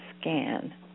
scan